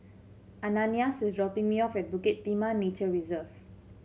Ananias is dropping me off at Bukit Timah Nature Reserve